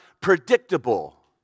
predictable